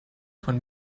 von